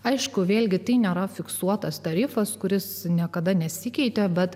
aišku vėlgi tai nėra fiksuotas tarifas kuris niekada nesikeitė bet